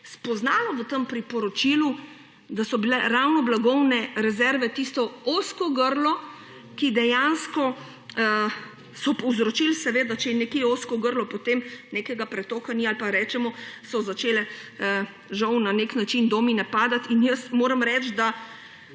spoznalo v tem priporočilu, da so bile ravno blagovne rezerve tisto ozko grlo, ki je dejansko povzročilo – seveda, če je nekje ozko grlo – da nekega pretoka ni, ali pa rečemo, da so začele, žal, na nek način domine padati. Na tem področju